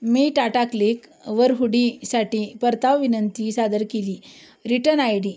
मी टाटाक्लीकवर हुडी साठी परतावा विनंती सादर केली रिटन आय डी